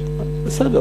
בסדר,